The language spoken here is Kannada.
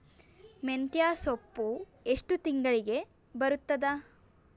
ಮೆಂತ್ಯ ಸೊಪ್ಪು ಎಷ್ಟು ತಿಂಗಳಿಗೆ ಬರುತ್ತದ?